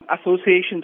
associations